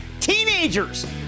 teenagers